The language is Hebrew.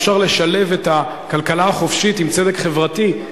אפשר לשלב את הכלכלה החופשית עם צדק חברתי,